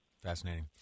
Fascinating